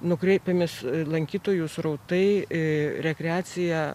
nukreipėmes lankytojų srautai rekreaciją